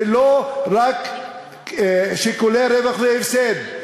ולא רק משיקולי רווח והפסד.